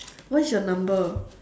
what is your number